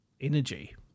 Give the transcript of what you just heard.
Energy